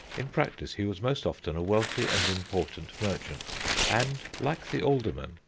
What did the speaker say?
in practice he was most often a wealthy and important merchant and, like the aldermen,